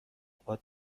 پات